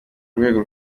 rwego